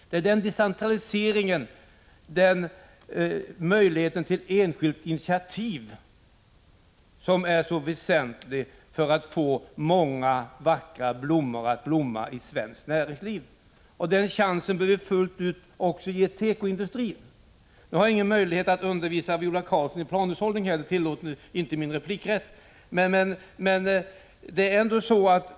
Det är den decentraliseringen, den möjligheten till enskilt initiativ som är så viktig för att få många vackra blommor att blomma i svenskt näringsliv. Den chansen bör vi också ge tekoindustrin fullt ut. Jag har ingen möjlighet att undervisa Viola Claesson i planhushållning. Det tillåter inte replikrätten.